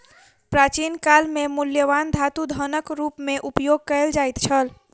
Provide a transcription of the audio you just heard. प्राचीन काल में मूल्यवान धातु धनक रूप में उपयोग कयल जाइत छल